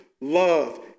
love